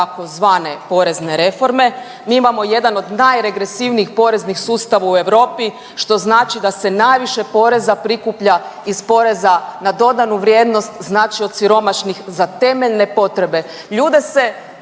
tzv. porezne reforme, mi imamo jedan od najregresivnijih poreznih sustava u Europi, što znači da se najviše poreza prikuplja iz poreza na dodanu vrijednosti, znači od siromašnih za temeljne potrebe. Ljude se